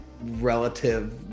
relative